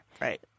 Right